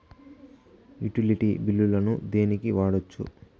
Utility బిల్లులను దేనికి వాడొచ్చు?